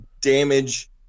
damage